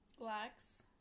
Lax